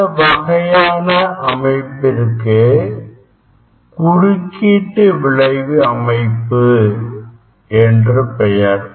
இந்த வகையான அமைப்பிற்கு குறுக்கீட்டு விளைவு அமைப்பு என்று பெயர்